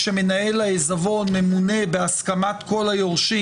כשמנהל העיזבון ממונה בהסכמת כל היורשים